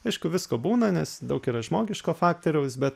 aišku visko būna nes daug yra žmogiško faktoriaus bet